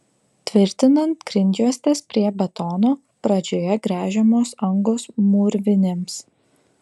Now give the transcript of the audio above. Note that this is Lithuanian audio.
tvirtinant grindjuostes prie betono pradžioje gręžiamos angos mūrvinėms